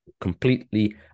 completely